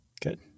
good